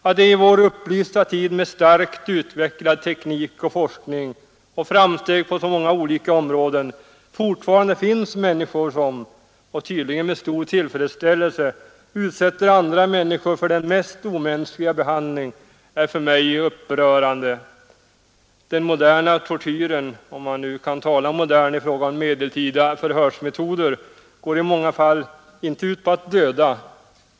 Att det i vår upplysta tid med starkt utvecklad teknik och forskning och framsteg på så många olika områden fortfarande finns människor som, och tydligen med stor tillfredsställelse, utsätter andra människor för den mest omänskliga behandling är för mig upprörande. Den moderna tortyren — om man nu kan tala om modern i fråga om medeltida förhörsmetoder — går i många fall inte ut på att döda.